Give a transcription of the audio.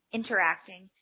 interacting